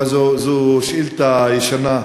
זו שאילתה ישנה,